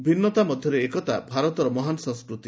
ଭିନୃତା ମଧ୍ୟରେ ଏକତା ଭାରତର ମହାନ ସଂସ୍କୃତି